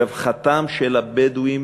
רווחתם של הבדואים